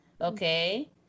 Okay